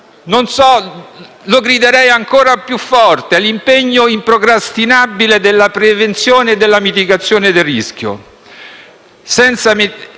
e lo griderei ancora più forte - è l'impegno improcrastinabile per la prevenzione e la mitigazione del rischio,